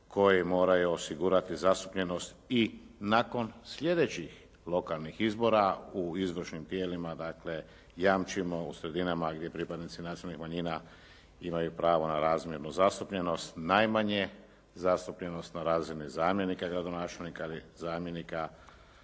koji moraju osigurati zastupljenost. I nakon sljedećih lokalnih izbora u izvršnim tijelima dakle jamčimo u sredinama gdje pripadnici nacionalnih manjina imaju pravo na razmjernu zastupljenost, najmanje zastupljenost na razini zamjenika gradonačelnika ili zamjenika